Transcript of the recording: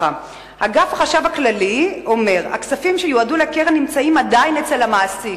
אגף החשב הכללי אומר: הכספים שיועדו לקרן נמצאים עדיין אצל המעסיק.